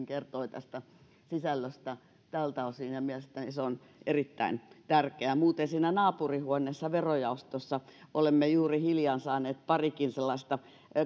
kertoi sisällöstä tältä osin ja mielestäni se on erittäin tärkeää muuten siinä naapurihuoneessa verojaostossa olemme juuri hiljan saaneet kasaan parikin sellaista